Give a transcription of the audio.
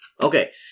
Okay